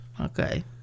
Okay